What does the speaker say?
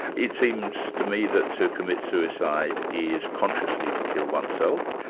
it seems to me that to commit suicide is consciously to kill oneself,